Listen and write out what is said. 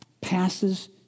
passes